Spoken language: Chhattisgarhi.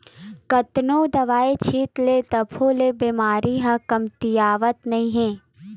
कतनो दवई छित ले तभो ले बेमारी ह कमतियावत नइ हे